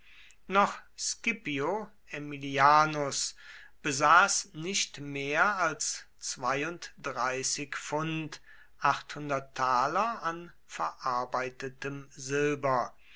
noch scipio aemilianus besaß nicht mehr als an verarbeitetem silber